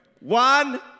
One